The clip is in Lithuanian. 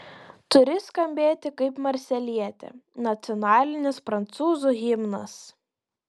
turi skambėti kaip marselietė nacionalinis prancūzų himnas